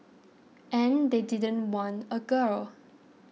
and they didn't want a girl